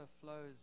flows